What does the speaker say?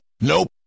nope